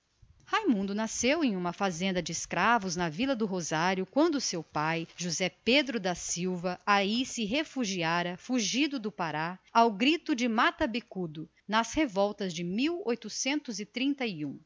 no maranhão nasceu numa fazenda de escravos na vila do rosário muitos anos depois que seu pai josé pedro da silva aí se refugiara corrido do pará ao grito de mata bicudo nas revoltas de